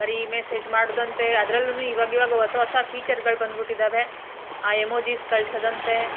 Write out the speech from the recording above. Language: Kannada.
ಬರೀ ಮೆಸೇಜ್ ಮಾಡೋದಂತೆ ಅದರಲ್ಲೂ ಈವಾಗಿವಾಗ ಹೊಸ ಹೊಸ ಫೀಚರ್ಗಳು ಬಂದ್ಬಿಟ್ಟಿದಾವೆ ಆ ಎಮೋಜಿಸ್ ಕಳಿಸೋದಂತೆ